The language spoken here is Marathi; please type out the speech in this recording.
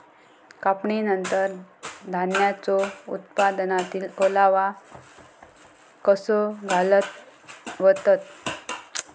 कापणीनंतर धान्यांचो उत्पादनातील ओलावो कसो घालवतत?